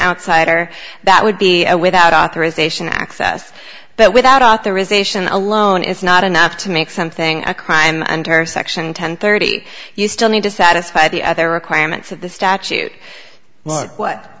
outsider that would be without authorization access but without authorization alone is not enough to make something a crime under section ten thirty you still need to satisfy the other requirements of the statute